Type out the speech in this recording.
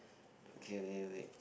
okay wait wait